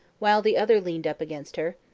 while the other leaned up against her.